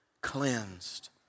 cleansed